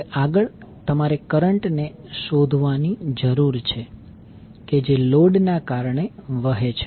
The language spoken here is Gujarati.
હવે આગળ તમારે કરંટ ને શોધવાની જરૂર છે કે જે લોડ ના કારણે વહે છે